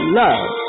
love